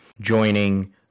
joining